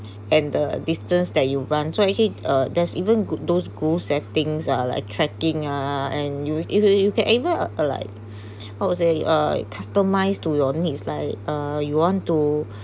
and the distance that you run so actually uh there's even good those go settings ah like tracking ah and you if you you can enable uh like how to say uh customized to your needs like uh you want to